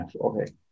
okay